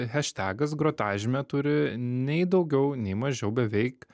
heštegas grotažymė turi nei daugiau nei mažiau beveik